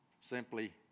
Simply